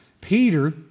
Peter